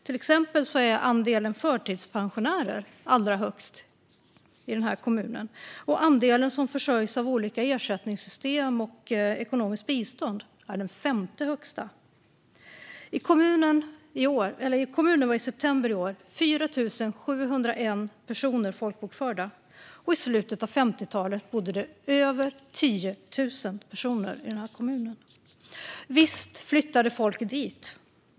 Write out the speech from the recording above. Till exempel är andelen förtidspensionärer allra högst i den kommunen, och andelen som försörjs av olika ersättningssystem och ekonomiskt bistånd är den femte högsta. I kommunen var i september i år 4 701 personer folkbokförda. I slutet av 50-talet bodde det över 10 000 människor i kommunen. Visst flyttade folk dit.